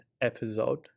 episode